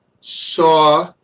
saw